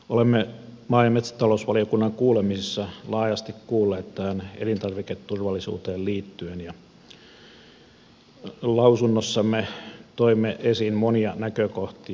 olemme maa ja metsätalousvaliokunnan kuulemisissa laajasti kuulleet tähän elintarviketurvallisuuteen liittyen ja lausunnossamme toimme esiin monia näkökohtia